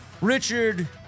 Richard